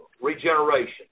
regeneration